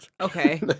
Okay